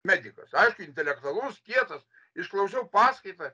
medikas aišku intelektualus kietas išklausiau paskaitą